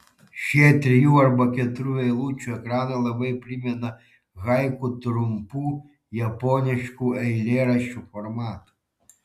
šie trijų arba keturių eilučių ekranai labai primena haiku trumpų japoniškų eilėraščių formatą